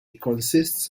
consists